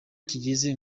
kigeze